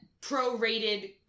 pro-rated